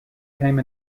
came